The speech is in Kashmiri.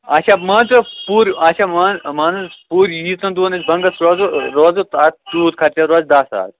اچھا مان ژٕ پورٕ اچھا مان مان حظ پورٕ ییٖژہَن دۄہَن أسۍ بَنٛگَس روزَو روزَو تَتھ تیوٗت خرچہِ روزِ دہ ساس